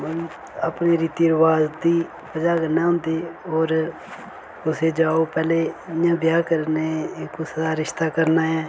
अपनी रीति रिवाज दी वजह कन्नै होंदी और तुसें जाओ पैहले इ'यां ब्याह करना कुसा दा रिश्ता करना ऐ